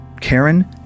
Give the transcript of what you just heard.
Karen